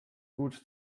gut